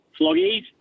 Floggies